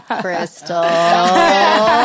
Crystal